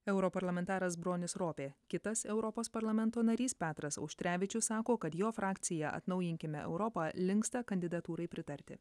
europarlamentaras bronis ropė kitas europos parlamento narys petras auštrevičius sako kad jo frakcija atnaujinkime europą linksta kandidatūrai pritarti